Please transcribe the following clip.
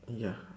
ya